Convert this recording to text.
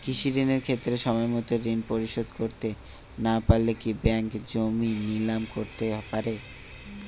কৃষিঋণের ক্ষেত্রে সময়মত ঋণ পরিশোধ করতে না পারলে কি ব্যাঙ্ক জমি নিলাম করতে পারে?